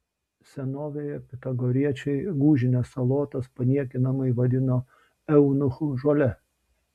senovėje pitagoriečiai gūžines salotas paniekinamai vadino eunuchų žole